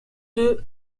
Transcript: deux